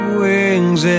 wings